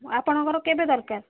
ଆପଣଙ୍କର କେବେ ଦରକାର